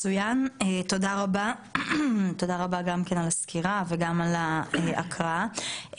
תודה רבה על הסקירה ועל ההקראה.